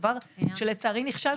דבר שלצערי נכשל,